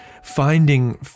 Finding